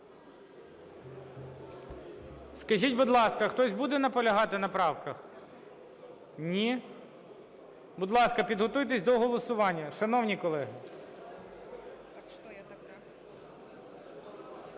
Скажіть, будь ласка, хтось буде наполягати на правках? Ні? Будь ласка, підготуйтесь до голосування, шановні колеги.